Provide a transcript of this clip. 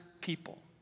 people